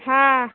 ಹಾಂ